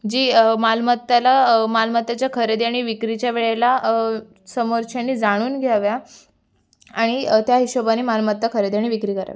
जी मालमत्त्याला मालमत्तेच्या खरेदी आणि विक्रीच्या वेळेला समोरच्यानी जाणून घ्याव्या आणि त्या हिशोबाने मालमत्ता खरेदी आणि विक्री करावी